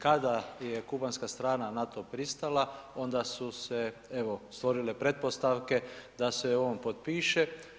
Kada je kubanska strana na to pristala, onda su se evo stvorile pretpostavke da se ovo potpiše.